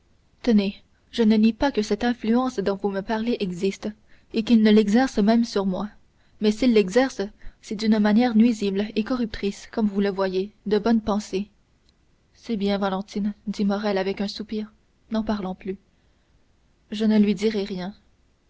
tenez je ne nie pas que cette influence dont vous me parlez existe et qu'il ne l'exerce même sur moi mais s'il l'exerce c'est d'une manière nuisible et corruptrice comme vous le voyez de bonnes pensées c'est bien valentine dit morrel avec un soupir n'en parlons plus je ne lui dirai rien